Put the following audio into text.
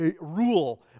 rule